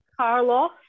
Carlos